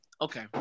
okay